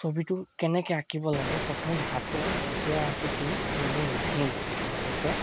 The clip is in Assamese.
ছবিটো কেনেকৈ আঁকিব লাগে প্ৰথম হাতৰ মুদ্ৰা আকৃতি সেইবোৰ নাহেই লগতে